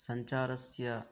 सञ्चारस्य